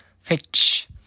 Fetch